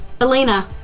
Elena